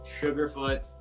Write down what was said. Sugarfoot